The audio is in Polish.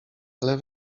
ale